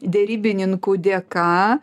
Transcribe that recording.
derybininkų dėka